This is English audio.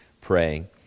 praying